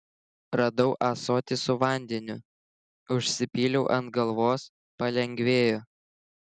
radau ąsotį su vandeniu užsipyliau ant galvos palengvėjo